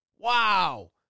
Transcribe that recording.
Wow